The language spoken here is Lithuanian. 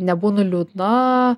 nebūnu liūdna